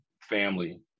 family